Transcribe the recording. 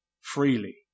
freely